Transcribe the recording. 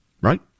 Right